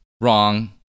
wrong